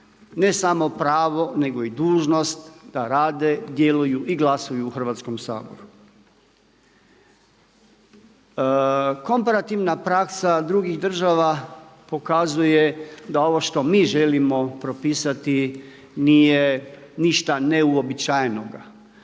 ne samo pravo nego i dužnost da rade, djeluju i glasuju u Hrvatskom saboru. Komparativna praksa drugih država pokazuje da ovo što mi želimo propisati nije ništa neuobičajenoga.